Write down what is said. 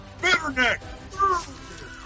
Bitterneck